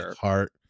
heart